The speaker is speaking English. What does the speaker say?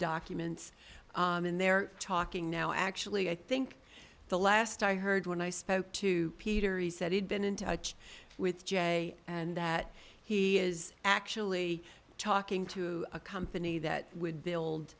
documents and they're talking now actually i think the last i heard when i spoke to peter he said he'd been in touch with jay and that he is actually talking to a company that would build